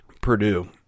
purdue